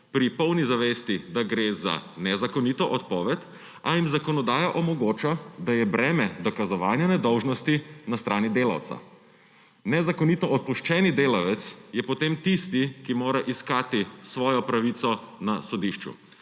pri polni zavesti, da gre za nezakonito odpoved, a jim zakonodaja omogoča, da je breme dokazovanja nedolžnosti na strani delavca. Nezakonito odpuščeni delavec je potem tisti, ki mora iskati svojo pravico na sodišču.